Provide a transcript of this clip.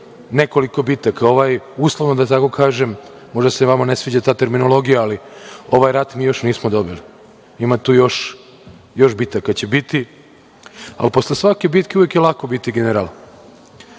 nekoliko bitaka, uslovno da tako kažem, možda vama ne sviđa ta terminologija ali ovaj rat mi još nismo dobili. Ima tu još, još bitaka će biti, ali posle svake bitke uvek je lako biti general. Lako